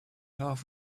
half